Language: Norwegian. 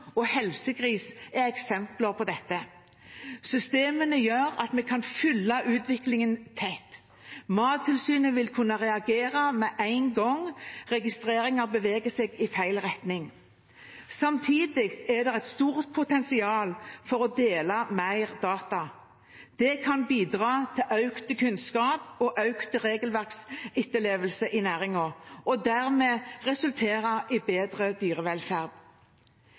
og helsegris er eksempler på dette. Systemene gjør at vi kan følge utviklingen tett. Mattilsynet vil kunne reagere med en gang registreringer beveger seg i feil retning. Samtidig er det et stort potensial for å dele mer data. Det kan bidra til økt kunnskap og økt regelverksetterlevelse i næringen og dermed resultere i bedre dyrevelferd.